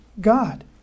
God